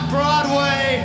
Broadway